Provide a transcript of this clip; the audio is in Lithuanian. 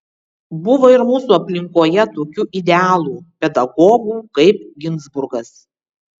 buvo ir mūsų aplinkoje tokių idealų pedagogų kaip ginzburgas